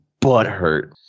butthurt